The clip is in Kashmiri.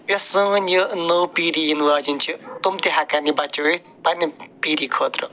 یَس سٲنۍ یہِ نٔو پیٖڈی یِنہٕ واجیٚنۍ چھِ تِم تہِ ہٮ۪کن یہِ بچٲیِتھ پنٛنہِ پیٖڈی خٲطرٕ